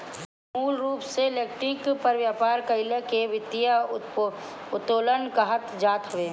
मूल रूप से इक्विटी पर व्यापार कईला के वित्तीय उत्तोलन कहल जात हवे